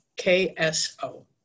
KSO